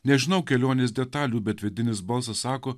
nežinau kelionės detalių bet vidinis balsas sako